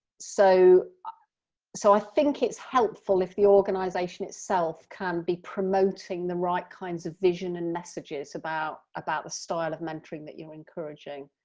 so ah so i think it's helpful if the organisation itself can be promoting the right kinds of vision and messages about about the style of mentoring that you're encouraging.